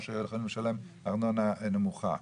או שיכולים לשלם ארנונה נמוכה.